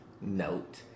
note